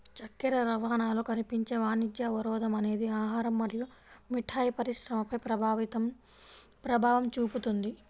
చక్కెర రవాణాలో కనిపించే వాణిజ్య అవరోధం అనేది ఆహారం మరియు మిఠాయి పరిశ్రమపై ప్రభావం చూపుతుంది